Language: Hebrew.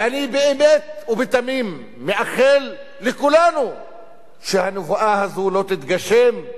ואני באמת ובתמים מאחל לכולנו שהנבואה הזאת לא תתגשם,